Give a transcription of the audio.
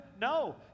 No